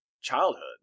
childhood